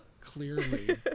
Clearly